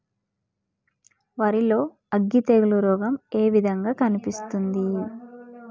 వరి లో అగ్గి తెగులు రోగం ఏ విధంగా కనిపిస్తుంది?